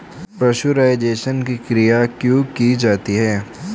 Pasteurisation की क्रिया क्यों की जाती है?